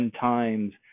times